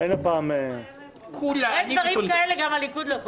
אין הפעם --- כולם, אני וסונדוס.